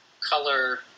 color